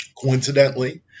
Coincidentally